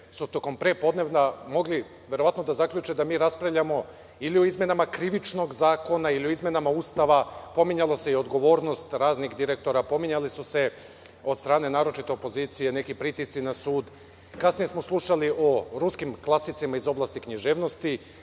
su tokom prepodneva mogli verovatno da zaključe da mi raspravljamo ili o izmenama Krivičnog zakona ili o izmenama Ustava, pominjala se i odgovornost raznih direktora, pominjali su se, od strane naročito opozicije, neki pritisci na sud. Kasnije smo slušali o ruskim klasicima iz oblasti književnosti,